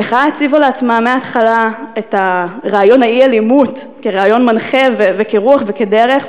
המחאה הציבה לעצמה מהתחלה את רעיון האי-אלימות כרעיון מנחה וכרוח וכדרך,